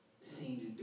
seems